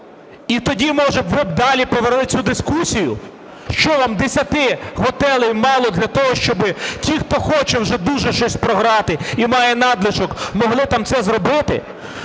І тоді, може, ви б далі провели цю дискусію? Що вам 10 готелів мало для того, щоб ті, хто хоче вже дуже щось програти і має надлишок, могли там це зробити?